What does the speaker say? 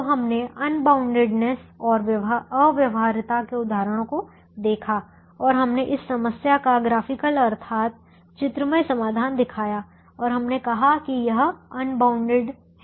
तो हमने अनबाउंडेडनेस और अव्यवहार्यता के उदाहरणों को देखा और हमने इस समस्या का ग्राफिकल अर्थात चित्रमय समाधान दिखाया और हमने कहा कि यह अनबाउंडेड है